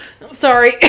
Sorry